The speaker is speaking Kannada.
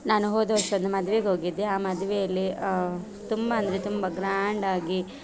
ನಾನು ಹೋದ ವರ್ಷ ಒಂದು ಮದ್ವೆಗೆ ಹೋಗಿದ್ದೆ ಆ ಮದುವೆಯಲ್ಲಿ ತುಂಬ ಅಂದರೆ ತುಂಬ ಗ್ರ್ಯಾಂಡಾಗಿ